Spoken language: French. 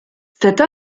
cette